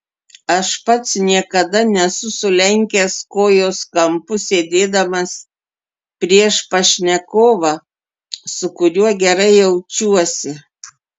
aš pats niekada nesu sulenkęs kojos kampu sėdėdamas prieš pašnekovą su kuriuo gerai jaučiuosi